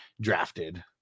drafted